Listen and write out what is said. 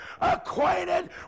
acquainted